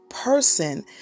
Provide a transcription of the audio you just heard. person